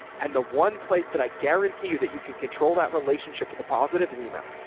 and the one place that i guarantee you that you can control that relationship for the positive is email